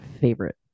favorite